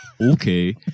Okay